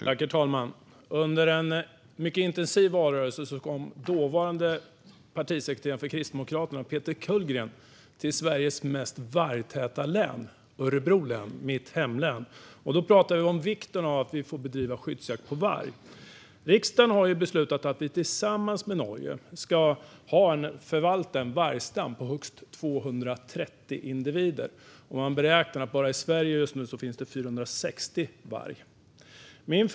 Herr talman! Under en mycket intensiv valrörelse kom den dåvarande partisekreteraren för Kristdemokraterna, Peter Kullgren, till Sveriges mest vargtäta län, Örebro län, som är mitt hemlän. Då pratade vi om vikten av att få bedriva skyddsjakt på varg. Riksdagen har beslutat att Sverige tillsammans med Norge ska förvalta en vargstam på högst 230 individer. Man beräknar att det just nu finns 260 vargar bara i Sverige.